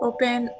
Open